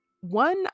one